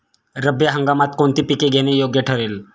रब्बी हंगामात कोणती पिके घेणे योग्य ठरेल?